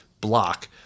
block